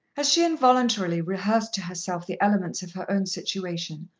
as she involuntarily rehearsed to herself the elements of her own situation,